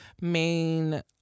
main